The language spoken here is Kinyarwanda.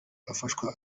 afashwa